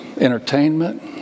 entertainment